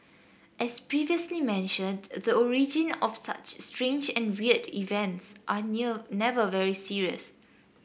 as previously mentioned the origin of such strange and weird events are near never very serious